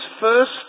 first